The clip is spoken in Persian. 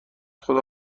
خدا